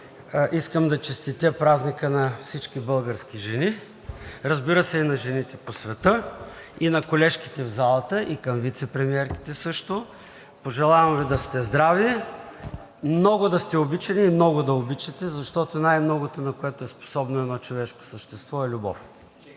искам да честитя празника на всички български жени, разбира се, на жените по света и на колежките в залата, и на вицепремиерките също. Пожелавам Ви да сте здрави, много да сте обичани и много да обичате, защото най-много, на което е способно едно човешко същество, е любов!